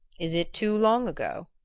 is it too long ago?